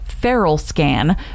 FeralScan